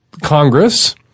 Congress